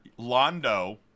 Londo